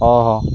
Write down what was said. ଓହୋ